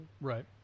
Right